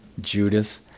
Judas